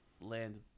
land